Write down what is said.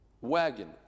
wagon